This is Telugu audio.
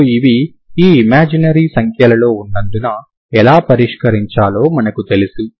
ఇప్పుడు ఇవి ఈ ఇమాజినరీ సంఖ్యలలో ఉన్నందున ఎలా పరిష్కరించాలో మనకు తెలుసు